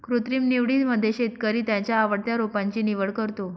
कृत्रिम निवडीमध्ये शेतकरी त्याच्या आवडत्या रोपांची निवड करतो